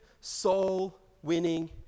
soul-winning